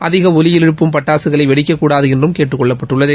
அதிக ஒலி எழுப்பும் பட்டாசுகளை வெடிக்கக்கூடாது என்றும் கேட்டுக்கொள்ளப்பட்டுள்ளது